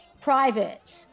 private-